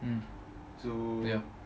mmhmm ya